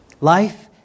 Life